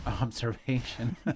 observation